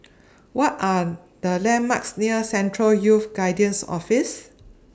What Are The landmarks near Central Youth Guidance Office